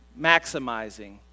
maximizing